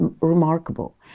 remarkable